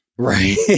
Right